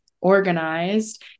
organized